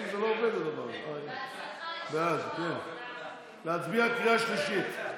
חוק הביטוח הלאומי (תיקון מס' 231),